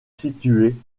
située